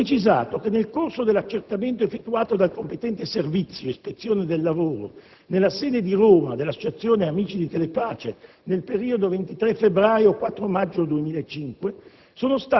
ha precisato che nel corso dell'accertamento effettuato dal competente servizio ispezione del lavoro, nella sede di Roma dell'Associazione Amici di Telepace, nel periodo 23 febbraio-4 maggio 2005,